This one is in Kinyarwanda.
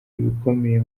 ibikomeye